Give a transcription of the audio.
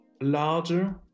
larger